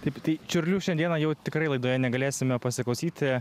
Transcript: taip tai čiurlių šiandieną jau tikrai laidoje negalėsime pasiklausyti